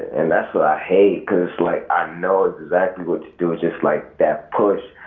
and that's what i hate! cause like i know exactly what to do, it's just like that push.